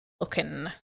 looking